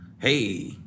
hey